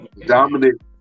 dominant